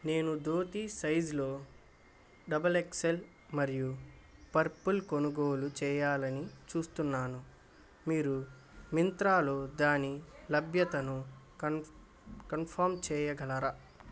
నేను ధోతి సైజులో double X L మరియు పర్పుల్ కొనుగోలు చేయాలని చూస్తున్నాను మీరు మింత్రాలో దాని లభ్యతను కన్ కన్ఫామ్ చేయగలరా